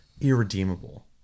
irredeemable